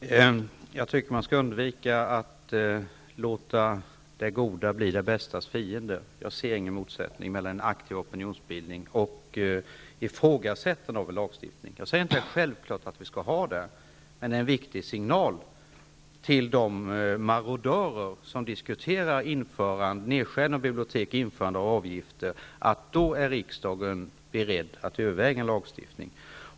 Herr talman! Jag tycker att man skall undvika att låta det goda bli det bästas fiende. Jag ser ingen motsättning mellan en aktiv opinionsbildning och ifrågasättande av en lagstiftning. Jag säger inte att det är självklart att vi skall ha en sådan, men det är en viktig signal till de marodörer som diskuterar nedskärningar för biblioteken och införande av avgifter att riksdagen om detta blir fallet är beredd att överväga en lagstiftning.